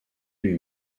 lui